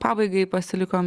pabaigai pasilikom